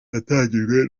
yatangijwe